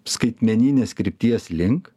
skaitmeninės krypties link